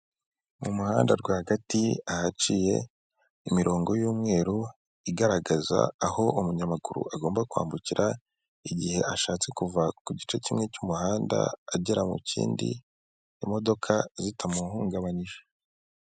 Mu muhanda rwagati ahaciye imirongo y'umweru igaragaza aho umunyamaguru agomba kwambukira igihe ashatse kuva ku gice kimwe cy'umuhanda agera mu kindi, imodoka zitamuhungabanyije.